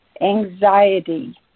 anxiety